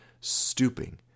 stooping